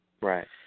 right